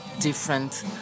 different